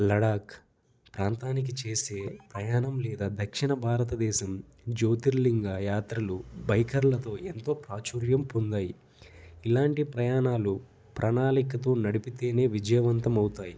లడాక్ ప్రాంతానికి చేసే ప్రయాణం లేదా దక్షిణ భారతదేశం జ్యోతిర్లింగా యాత్రలు బైకర్లతో ఎంతో ప్రాచుర్యం పొందాయి ఇలాంటి ప్రయాణాలు ప్రణాళికతో నడిపితేనే విజయవంతం అవుతాయ్